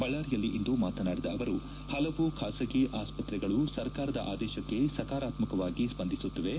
ಬಳ್ಳಾರಿಯಲ್ಲಿಂದು ಮಾತನಾಡಿದ ಅವರು ಹಲವು ಖಾಸಗಿ ಆಸ್ಪತ್ರೆಗಳು ಸರ್ಕಾರದ ಆದೇಶಕ್ಕೆ ಸಕಾರಾತ್ವವಾಗಿ ಸ್ಪಂದಿಸುತ್ತಿವೆ